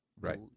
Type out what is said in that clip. right